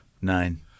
Nine